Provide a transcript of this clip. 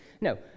No